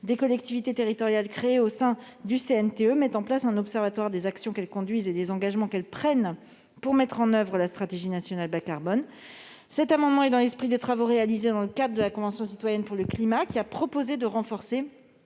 des collectivités territoriales créé au sein du CNTE, mettent en place un observatoire des actions qu'elles conduisent et des engagements qu'elles prennent pour mettre en oeuvre la stratégie nationale bas-carbone. Il s'inscrit dans l'esprit des travaux réalisés dans le cadre de la Convention citoyenne pour le climat, qui a proposé de renforcer